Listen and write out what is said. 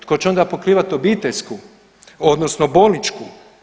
Tko će onda pokrivati obiteljsku, odnosno bolnički?